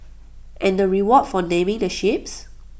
and the reward for naming the ships